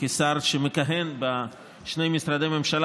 כשר שמכהן בשני משרדי ממשלה,